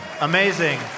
Amazing